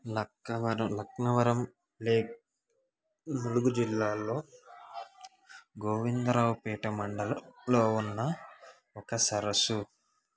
Lakkavaram Laknavaram lake Mulugu జిల్లాలో గోవిందరావుపేట మండలంలో ఉన్న ఒక సరస్సు